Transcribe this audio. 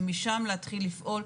ומשם להתחיל לפעול,